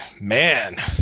man